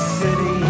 city